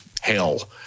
hell